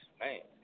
man